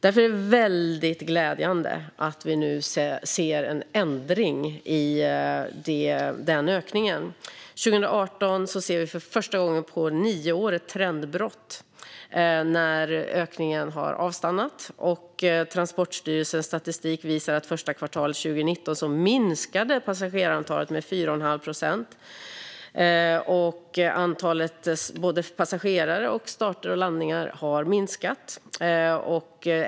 Därför är det väldigt glädjande att vi nu ser en ändring i denna ökning. År 2018 ser vi för första gången på nio år ett trendbrott, när ökningen har avstannat. Transportstyrelsens statistik visar att det första kvartalet 2019 minskade passagerarantalet med 4 1⁄2 procent. Både antalet passagerare och starter och landningar har minskat.